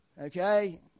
okay